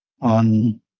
on